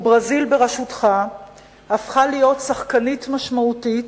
וברזיל בראשותך הפכה להיות שחקנית משמעותית